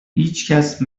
هیچکس